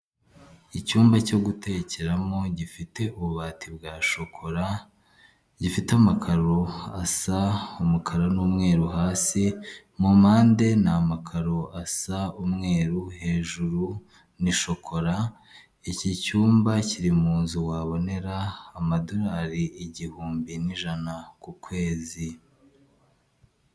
Icyumba cyo gutekeramo gifite ububati bwa shokora, gifite amakaro asa umukara n'umweru hasi, mu mpande ni amakaro asa umweru, hejuru ni shokora. Iki cyumba kiri mu nzu wabonera amadorari igihumbi n'ijana ku kwezi.